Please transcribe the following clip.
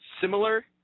similar